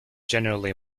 generally